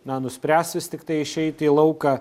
na nuspręs vis tiktai išeiti į lauką